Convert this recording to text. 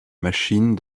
machine